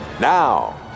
Now